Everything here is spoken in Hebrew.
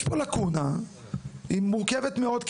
יש פה לקונה מורכבת מאוד,